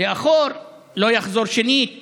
לאחור לא יחזור שנית